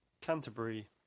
Canterbury